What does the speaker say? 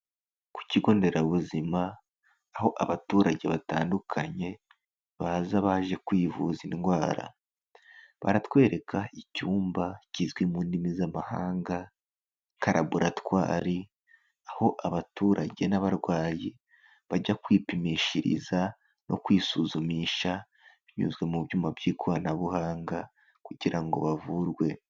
Ku kigo nderabuzima aho abaturage batandukanye baza baje kwivuza indwara, baratwereka icyumba kizwi mu ndimi z'amahanga nka laboratwari, aho abaturage n'abarwayi bajya kwipimishiriza no kwisuzumisha binyuze mu byuma by'ikoranabuhanga kugira ngo bavurwe.